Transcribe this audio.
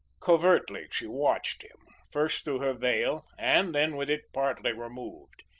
covertly she watched him first through her veil, and then with it partly removed.